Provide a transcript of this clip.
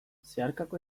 zeharkako